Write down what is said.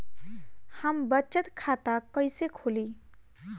हम बचत खाता कईसे खोली?